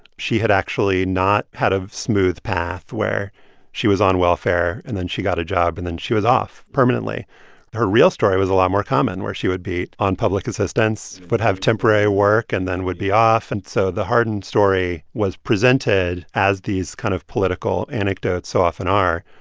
she had actually not had a smooth path where she was on welfare and then she got a job, and then she was off permanently her real story was a lot more common where she would be on public assistance, would have temporary work and then would be off. and so the harden story was presented, as these kind of political anecdotes so often are,